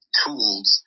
tools